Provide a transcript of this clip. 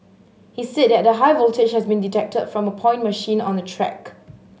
he said that the high voltage had been detected from a point machine on the track